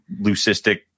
leucistic